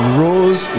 rose